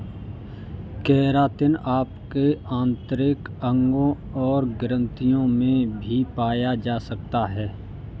keratin आपके आंतरिक अंगों और ग्रंथियों में भी पाया जा सकता है